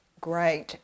great